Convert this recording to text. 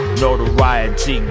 notoriety